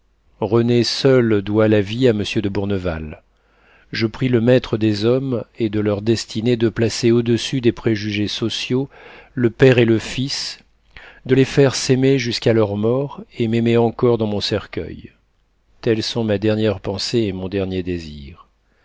rené seul doit la vie à m de bourneval je prie le maître des hommes et de leurs destinées de placer au-dessus des préjugés sociaux le père et le fils de les faire s'aimer jusqu'à leur mort et m'aimer encore dans mon cercueil tels sont ma dernière pensée et mon dernier désir